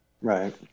Right